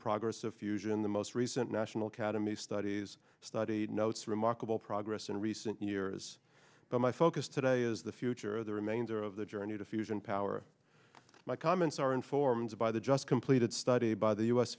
progress of fusion the most recent national academy studies study notes remarkable progress in recent years but my focus today is the future of the remainder of the journey to fusion power my comments are informed by the just completed study by the u